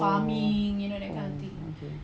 oh oh okay